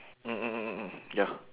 mm mm mm mm mm ya